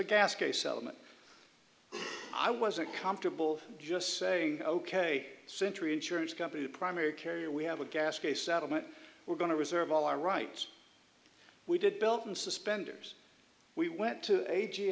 gas case element i wasn't comfortable just saying ok century insurance company the primary carrier we have a gas case settlement we're going to reserve all our rights we did belt and suspenders we went to a g